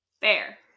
fair